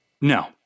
No